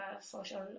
social